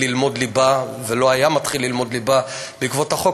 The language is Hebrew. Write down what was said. ללמוד ליבה ולא היה מתחיל ללמוד ליבה בעקבות החוק,